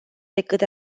decât